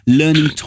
learning